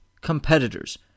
competitors